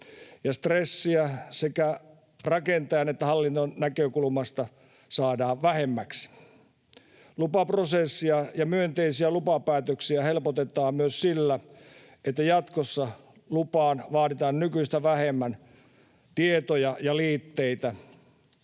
Stressiä sekä rakentajan että hallinnon näkökulmasta saadaan vähemmäksi. Lupaprosessia ja myönteisiä lupapäätöksiä helpotetaan myös sillä, että jatkossa lupaan vaaditaan nykyistä vähemmän tietoja ja liitteitä.